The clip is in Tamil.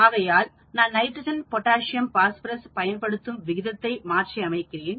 ஆகையால் நான் நைட்ரஜன் பொட்டாசியம் பாஸ்பரஸ் பயன்படுத்தும் விகிதத்தை மாற்றி அமைக்கிறேன்